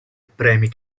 premi